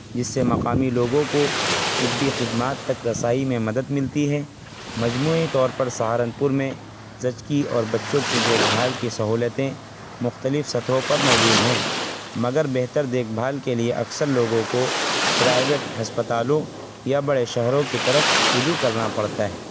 جس سے مقامی لوگوں کو طبی خدمات تک رسائی میں مدد ملتی ہے مجموعی طور پر سہانپور میں زچگی اور بچوں کی دیکھ بھال کی سہولتیں مختلف سطحوں پر موجود ہیں مگر بہتر دیکھ بھال کے لیے اکثر لوگوں کو پرائیویٹ ہسپتالوں یا بڑے شہروں کی طرف رجوع کرنا پڑتا ہے